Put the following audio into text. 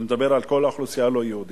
אני מדבר על כל האוכלוסייה הלא-יהודית,